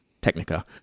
Technica